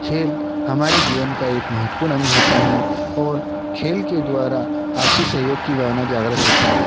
खेल हमारे जीवन का एक महत्वपूर्ण अंग होता है और खेल के द्वारा आपसी सहयोग की भावना जागृत होती है